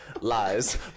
Lies